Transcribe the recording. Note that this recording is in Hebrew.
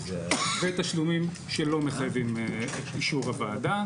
ותשלומים שלא מחייבים אישור הוועדה.